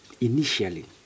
Initially